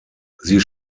sie